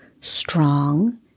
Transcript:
strong